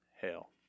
Hell